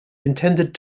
intended